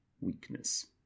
weakness